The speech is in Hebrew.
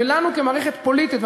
ולנו כמערכת פוליטית,